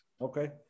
Okay